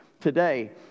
today